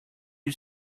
you